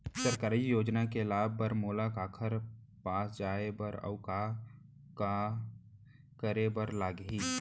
सरकारी योजना के लाभ बर मोला काखर पास जाए बर अऊ का का करे बर लागही?